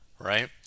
right